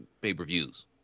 pay-per-views